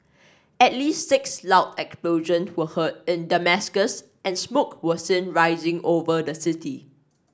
at least six loud explosion were heard in Damascus and smoke was seen rising over the city